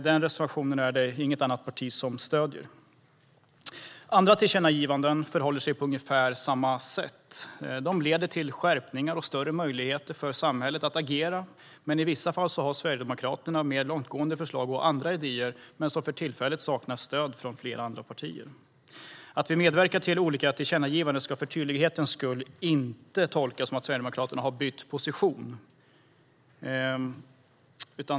Den reservationen är det inget annat parti som stöder. Med andra tillkännagivanden förhåller det sig på ungefär samma sätt. De leder till skärpningar och större möjligheter för samhället att agera, men i vissa fall har Sverigedemokraterna mer långtgående förslag och andra idéer som för tillfället saknar stöd från flera andra partier. Att vi medverkar till olika tillkännagivanden ska för tydlighetens skull inte tolkas som att Sverigedemokraterna bytt position.